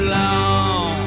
long